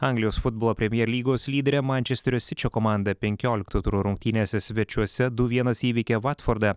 anglijos futbolo premjer lygos lyderė mančesterio sičio komanda penkiolikto turo rungtynėse svečiuose du vienas įveikė vatfordą